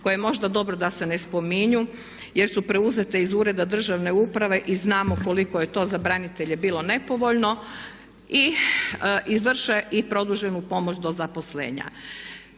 je možda dobro da se ne spominju jer su preuzete iz ureda državne uprave i znamo koliko je to za branitelje bilo nepovoljno. I vrše i produženu pomoć do zaposlenja.